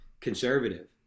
conservative